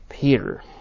Peter